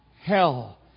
hell